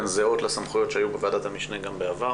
שהן זהות לסמכויות שהיו בוועדת המשנה גם בעבר.